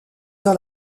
dans